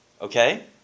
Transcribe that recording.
okay